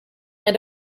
and